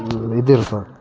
ಇದಿರ್ತದ್